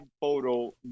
photo